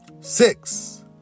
six